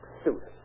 suit